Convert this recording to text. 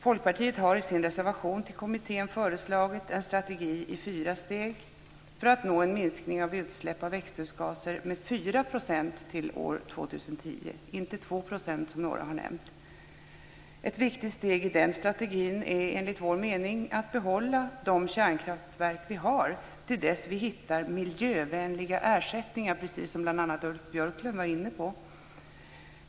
Folkpartiet har i sin reservation till kommittén föreslagit en strategi i fyra steg för att nå en minskning av utsläpp av växthusgaser med 4 % till år 2010 - inte 2 % som några har nämnt. Ett viktigt steg i den strategin är enligt vår mening att vi behåller de kärnkraftverk som vi har till dess att vi hittar miljövänliga ersättningar, precis som bl.a. Ulf Björklund var inne på.